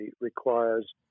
requires